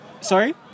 Sorry